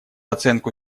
оценку